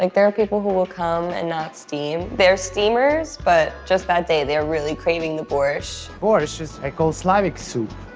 like there are people who will come and not steam. they're steamers, but just that day, they're really craving the borscht. borscht is a cold slavic soup.